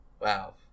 Wow